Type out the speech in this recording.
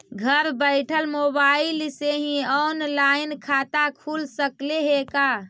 घर बैठल मोबाईल से ही औनलाइन खाता खुल सकले हे का?